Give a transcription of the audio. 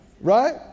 right